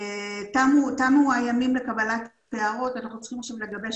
תמו הימים לקבלת הערות ואנחנו צריכים עכשיו לגבש